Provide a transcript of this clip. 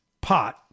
pot